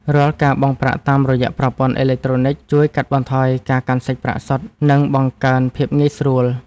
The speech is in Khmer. រាល់ការបង់ប្រាក់តាមរយៈប្រព័ន្ធអេឡិចត្រូនិកជួយកាត់បន្ថយការកាន់សាច់ប្រាក់សុទ្ធ និងបង្កើនភាពងាយស្រួល។